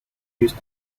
used